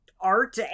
art